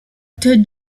doctor